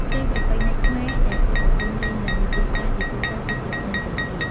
ភ្លេងប្រពៃណីខ្មែរដែលគេប្រគុំលេងនៅលើ ទីផ្សារ ជាទូទៅគឺជា ភ្លេងពិណពាទ្យ។